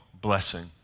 blessing